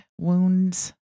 wounds